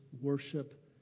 worship